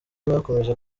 bakomeje